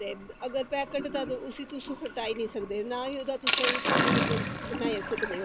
ते अगर पैकेट दा ते उसी तुस फटाई निं सकदे ते ना ई उसदा तुस पनीर बनाई सकदे ओ